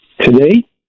today